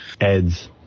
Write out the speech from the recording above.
Ed's